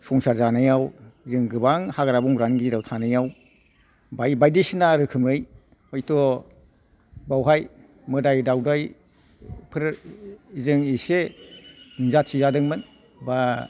संसार जानायाव जों गोबां हाग्रा बंग्रानि गेजेराव थानायाव बाय बायदिसिना रोखोमै हैथ' बावहाय मोदाय दावदायफोर जों एसे नुजाथिजादोंमोन बा